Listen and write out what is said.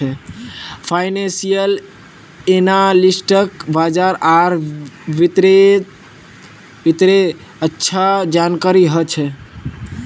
financial एनालिस्टक बाजार आर वित्तेर अच्छा जानकारी ह छेक